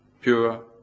Pure